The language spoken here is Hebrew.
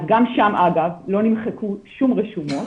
אז גם שם אגב לא נמחקו שום רשומות,